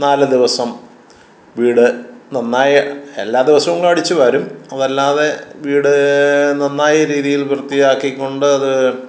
നാല് ദിവസം വീട് നന്നായി എല്ലാ ദിവസവും അടിച്ച് വാരും അതല്ലാതെ വീട് നന്നായ രീതിയിൽ വൃത്തിയാക്കി കൊണ്ടത്